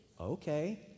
Okay